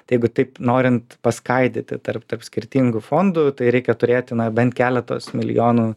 tai jeigu taip norint paskaidyti tarp tarp skirtingų fondų tai reikia turėti na bent keletos milijonų